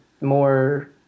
more